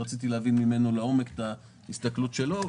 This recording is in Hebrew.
כי רציתי להבין ממנו לעומק את ההסתכלות שלו.